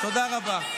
תודה רבה.